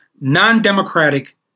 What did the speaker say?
non-democratic